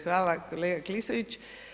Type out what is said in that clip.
Hvala kolega Klisović.